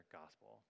gospel